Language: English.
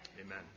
Amen